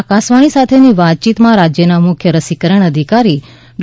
આકાશવાણી સાથેની વાતયીતમાં રાજ્યના મુખ્ય રસીકરણ અધિકારી ડૉ